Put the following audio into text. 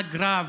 נהג רב,